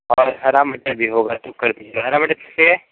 और हरा मटर भी होगा तो कर दीजिए हरा मटर कितना है